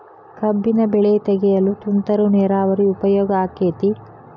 ಕಬ್ಬಿನ ಬೆಳೆ ತೆಗೆಯಲು ತುಂತುರು ನೇರಾವರಿ ಉಪಯೋಗ ಆಕ್ಕೆತ್ತಿ?